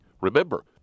Remember